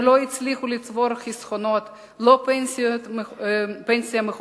הם לא הצליחו לצבור חסכונות, לא פנסיה מכובדת.